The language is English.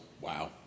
Wow